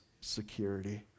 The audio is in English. security